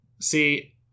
See